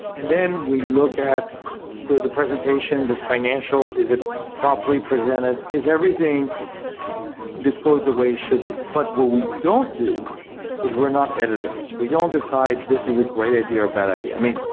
and then we look at the the presentation, the financials. is it properly presented? is everything disclosed the way it should be? but what we don't do is we're not editors. we don't decide this is a great idea, or a bad idea. i mean,